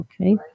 okay